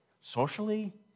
socially